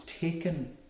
taken